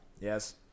Yes